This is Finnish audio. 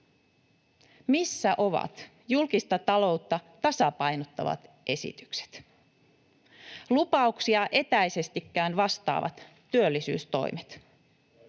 Missä ovat julkista taloutta tasapainottavat esitykset, lupauksia etäisestikään vastaavat työllisyystoimet,